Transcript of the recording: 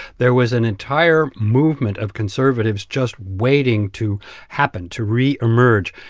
there was an entire movement of conservatives just waiting to happen, to reemerge.